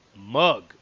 mug